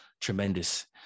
tremendous